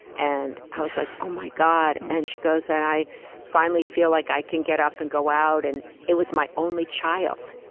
and i was like, oh, my god. and she goes, and i finally feel like i can get up and go out. and it was my only child.